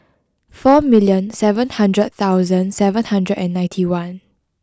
four million seven hundred thousand and seven hundred and ninety one